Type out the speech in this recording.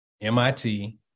MIT